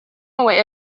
away